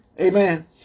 Amen